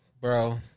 bro